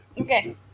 Okay